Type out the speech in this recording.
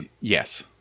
Yes